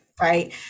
right